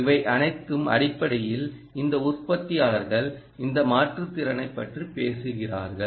இவை அனைத்தும் அடிப்படையில் இந்த உற்பத்தியாளர்கள் இந்த மாற்றுத் திறனைப் பற்றி பேசுகிறார்கள்